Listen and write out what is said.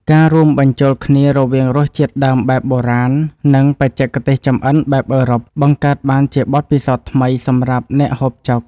ការរួមបញ្ចូលគ្នារវាងរសជាតិដើមបែបបុរាណនិងបច្ចេកទេសចម្អិនបែបអឺរ៉ុបបង្កើតបានជាបទពិសោធន៍ថ្មីសម្រាប់អ្នកហូបចុក។